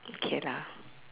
K lah